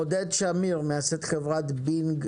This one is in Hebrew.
עודד שמיר מייסד חברת בינג